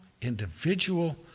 individual